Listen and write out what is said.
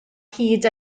hyd